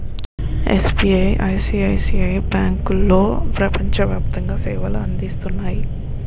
SBI, ICICI బ్యాంకులో ప్రపంచ వ్యాప్తంగా సేవలు అందిస్తున్నాయి